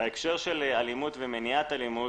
בהקשר של אלימות ומניעת אלימות,